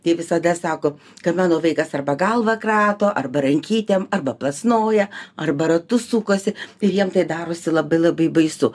tai visada sako kad mano vaikas arba galvą krato arba rankytėm arba plasnoja arba ratu sukasi ir jiems tai darosi labai labai baisu